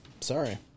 sorry